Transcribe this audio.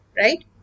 right